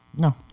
No